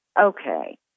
okay